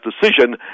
decision